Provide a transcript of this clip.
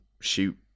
shoot